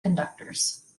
conductors